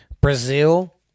Brazil